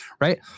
right